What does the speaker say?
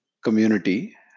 community